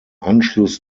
anschluss